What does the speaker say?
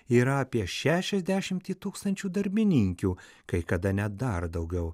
yra apie šešiasdešimtį tūkstančių darbininkių kai kada net dar daugiau